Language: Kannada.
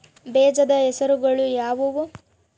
ಬೇಜದ ಹೆಸರುಗಳು ಯಾವ್ಯಾವು?